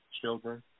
children